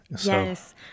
yes